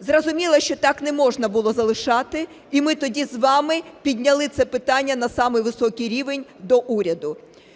Зрозуміло, що так не можна було залишати і ми тоді з вами підняли це питання на самий високий рівень до уряду.